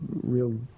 real